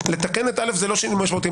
לתקן את (א) זה לא שינוי משמעותי.